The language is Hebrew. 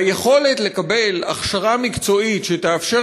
והיכולת לקבל הכשרה מקצועית שתאפשר